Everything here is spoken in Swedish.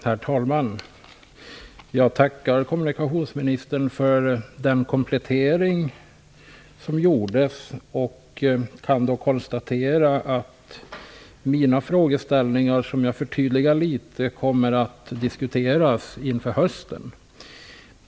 Herr talman! Jag tackar kommunikationsministern för den komplettering som gjordes och kan då konstatera att mina frågor, som jag förtydligade litet, kommer att diskuteras inför hösten.